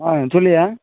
ஆ சொல்லுயா